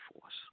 force